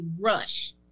rush